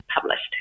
published